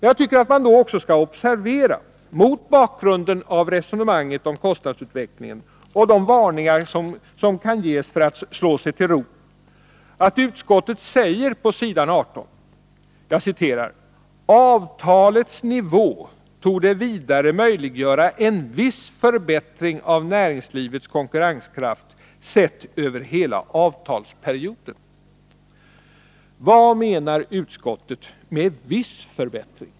Jag tycker att man, mot bakgrund av resonemanget om kostnadsutvecklingen och de varningar för att slå sig till ro som kan förekomma, skall observera vad utskottet på s. 18 säger: ”Avtalets nivå torde vidare möjliggöra en viss förbättring av näringslivets konkurrenskraft, sett över hela avtalsperioden.” Vad menar utskottet med ”viss förbättring”?